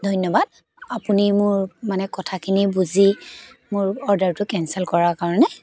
ধন্যবাদ আপুনি মোৰ মানে কথাখিনি বুজি মোৰ অৰ্ডাৰটো কেঞ্চেল কৰা কাৰণে